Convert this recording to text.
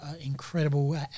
incredible